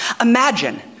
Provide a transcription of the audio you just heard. Imagine